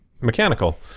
Mechanical